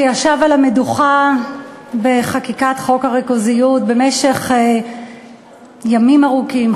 שישב על המדוכה בחקיקת חוק הריכוזיות במשך ימים ארוכים,